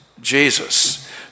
Jesus